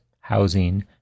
housing